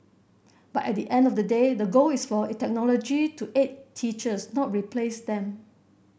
but at the end of the day the goal is for technology to aid teachers not replace them